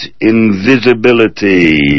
invisibility